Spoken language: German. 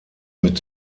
mit